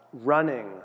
running